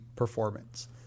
Performance